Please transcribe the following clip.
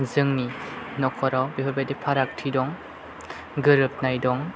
जोंनि न'खराव बेफोरबादि फारागथि दं गोरोबनाय दं